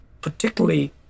particularly